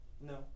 No